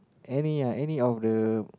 any ah any of the